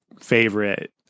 favorite